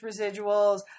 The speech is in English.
residuals